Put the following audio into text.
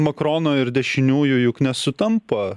makrono ir dešiniųjų juk nesutampa